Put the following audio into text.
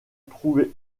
trouvé